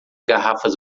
garrafas